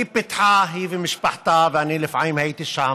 היא פיתחה, היא ומשפחתה, ואני לפעמים הייתי שם,